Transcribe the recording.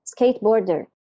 skateboarder